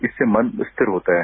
जिससे मन स्थिर होता है